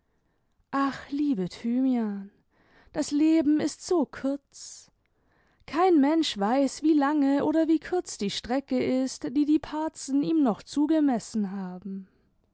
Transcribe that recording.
ach liebe thymian das leben ist so kurz kein mensch weiß wie lange oder wie kurz die strecke ist die die parzen ihm noch zugemessen haben